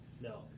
No